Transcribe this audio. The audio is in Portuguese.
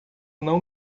não